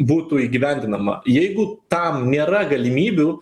būtų įgyvendinama jeigu tam nėra galimybių